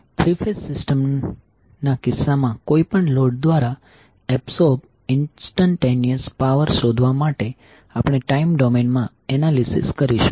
three phase system ના કિસ્સામાં કોઈપણ લોડ દ્વારા એબ્સોર્બ ઈન્સ્ટનટેનીઅશ પાવર શોધવા માટે આપણે ટાઇમ ડોમેન માં એનાલિસીસ કરીશું